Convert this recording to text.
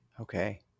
Okay